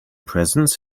presents